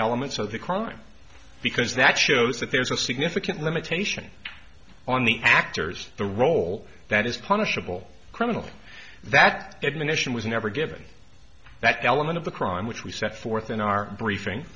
elements of the crime because that shows that there's a significant limitation on the actors the role that is punishable criminal that admonition was never given that element of the crime which we set forth in our briefing